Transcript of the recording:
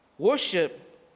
Worship